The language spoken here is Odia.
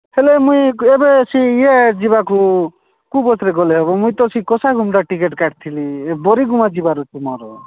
ହେଲେ ମୁଇଁ ଏବେ ସେ ଇଏ ଯିବାକୁ କେଉଁ ବାଟରେ ଗଲେ ହେବ ମୁଇଁ ତ ସେ କଷାଗୁମଟା ଟିକେଟ୍ କାଟିଥିଲି ଏ ବୋରିଗୁମା ଯିବାର ଅଛି ମୋର